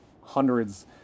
hundreds